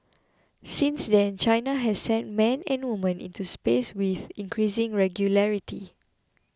since then China has sent men and woman into space with increasing regularity